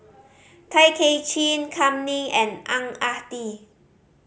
Tay Kay Chin Kam Ning and Ang Ah Tee